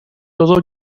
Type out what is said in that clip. todo